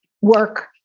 work